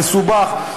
מסובך.